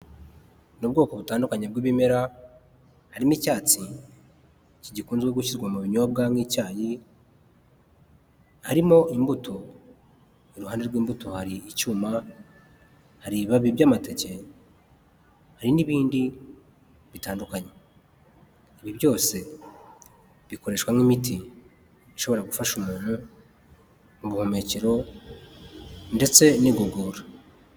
Ni ubwoko butandukanye bw'ibimera, hari n'icyatsi gikunze gushyirwa mu binyobwa nk'icyayi, harimo imbuto iruhande rw'imbuto hari icyuma hari ibibabi by'amateke hari n'ibindi bitandukanye, ibi byose bikoreshwa nk'imiti ishobora gufasha umuntu ubuhumekero ndetse n'igogora.